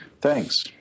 Thanks